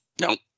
Nope